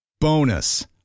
Bonus